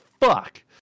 fuck